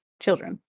children